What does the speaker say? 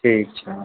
ठीक छै